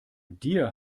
dir